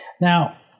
Now